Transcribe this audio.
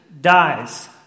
dies